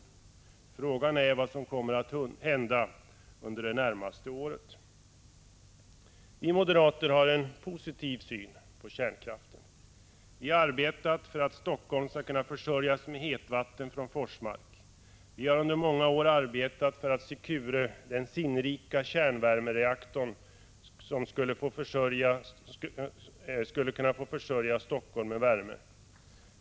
Frågan är vad som kommer att hända under det närmaste året. Vi moderater har en positiv syn på kärnkraften. Vi har arbetat för att Helsingfors skall kunna försörjas med hetvatten från Forsmark. Vi har under många år arbetat för att Secure — den sinnrika kärnvärmereaktorn — skulle kunna få försörja Helsingfors med värme.